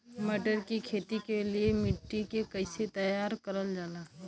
मटर की खेती के लिए मिट्टी के कैसे तैयार करल जाला?